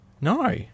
No